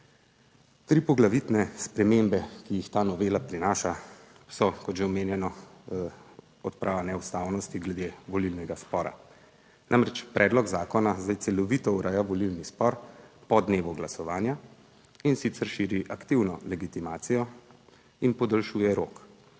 Tri poglavitne spremembe, ki jih ta novela prinaša so, kot že omenjeno, odprava neustavnosti glede volilnega spora, namreč predlog zakona zdaj celovito ureja volilni spor po dnevu glasovanja, in sicer širi aktivno legitimacijo in podaljšuje rok